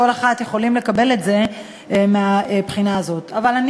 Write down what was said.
כולל עבדכם הנאמן, וגם